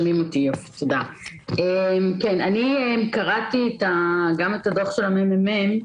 שלום, אני קראתי את הדוח של הממ"מ,